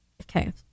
okay